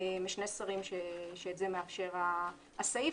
משני שרים, שאת זה מאפשר הסעיף.